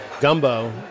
gumbo